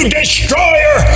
destroyer